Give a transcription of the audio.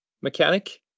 Mechanic